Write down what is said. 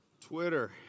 Twitter